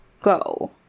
go